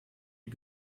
die